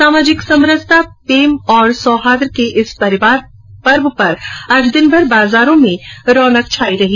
सामाजिक समरसता प्रेम और सौहार्द के इस पर्व पर आज दिनभर बाजारों में रौनक छाई रही